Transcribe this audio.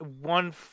One